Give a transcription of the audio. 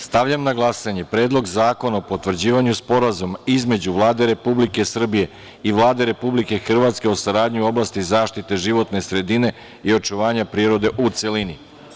Stavljam na glasanje Predlog zakona o potvrđivanju Sporazuma između Vlade Republike Srbije i Vlade Republike Hrvatske o saradnji u oblasti zaštite životne sredine i očuvanja prirode, u celini.